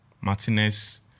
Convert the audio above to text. Martinez